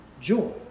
joy